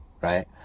Right